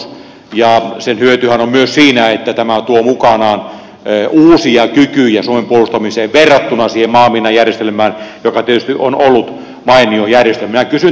sen hyötyhän on myös siinä että tämä tuo mukanaan uusia kykyjä suomen puolustamiseen verrattuna siihen maamiinajärjestelmään joka tietysti on ollut mainio järjestelmä